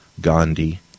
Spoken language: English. Gandhi